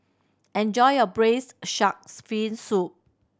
enjoy your braised sharks fin soup